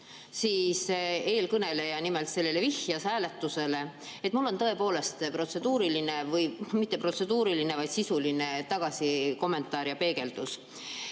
siis eelkõneleja nimelt sellele vihjas, hääletusele. Mul on tõepoolest protseduuriline, või mitte protseduuriline, vaid sisuline kommentaar ja peegeldus.